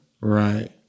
right